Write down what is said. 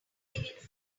have